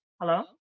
Hello